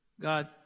God